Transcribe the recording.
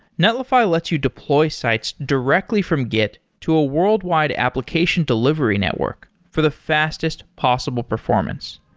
netlify lets you deploy sites directly from git to a worldwide application delivery network for the fastest possible performance.